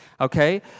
okay